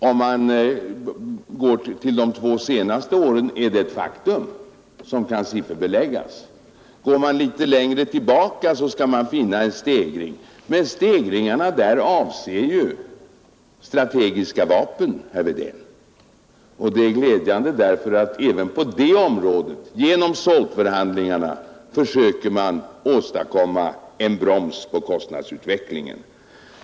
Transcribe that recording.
Och om man går till de två senaste åren är det ett faktum som kan sifferbeläggas. Går man litet längre tillbaka skall man finna stegringar, men dessa stegringar avser strategiska vapen, herr Wedén. Det är glädjande att man även på det området genom SALT-förhandlingarna försöker åstadkomma en broms på kostnadsutvecklingen.